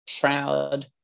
proud